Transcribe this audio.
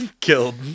Killed